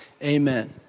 Amen